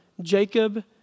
Jacob